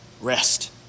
rest